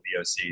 VOCs